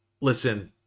listen